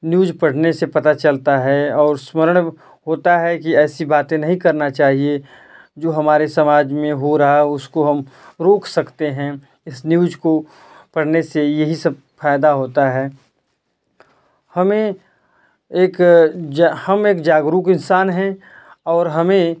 news पढ़ने से पता चलता है और स्मरण होता है कि ऐसी बातें नहीं करना चाहिए जो हमारे समाज में हो रहा है उसको हम रोक सकते हैं इस न्यूज को पढ़ने से यही सब फ़ायदे होते हैं हमें एक हम जागरूक इंसान हैं और हमें